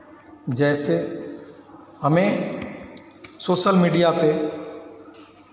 जैसे हमें social media पे